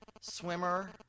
swimmer